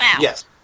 Yes